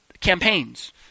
campaigns